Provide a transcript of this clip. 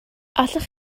allwch